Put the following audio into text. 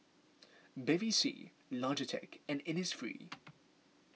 Bevy C Logitech and Innisfree